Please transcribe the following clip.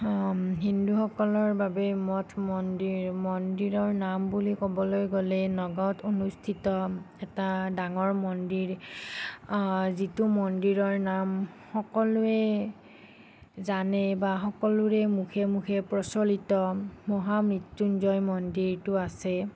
হিন্দুসকলৰ বাবে মঠ মন্দিৰ মন্দিৰৰ নাম বুলি ক'বলৈ গ'লে নগাঁৱত অনুষ্ঠিত এটা ডাঙৰ মন্দিৰ যিটো মন্দিৰৰ নাম সকলোৱে জানে বা সকলোৰে মুখে মুখে প্ৰচলিত মহা মৃত্য়ুঞ্জয় মন্দিৰটো আছে